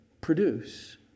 produce